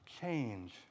Change